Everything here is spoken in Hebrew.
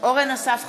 אורן אסף חזן,